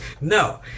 No